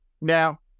Now